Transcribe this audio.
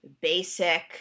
basic